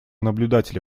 наблюдателя